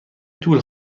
طول